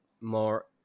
more